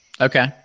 Okay